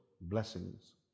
blessings